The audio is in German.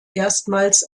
erstmals